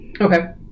okay